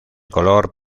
color